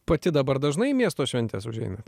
pati dabar dažnai miesto į šventes užeinat